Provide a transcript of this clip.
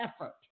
effort